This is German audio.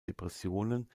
depressionen